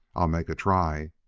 i'll make a try.